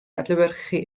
adlewyrchu